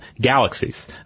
galaxies